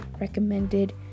recommended